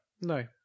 No